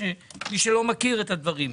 למי שלא מכיר את הדברים.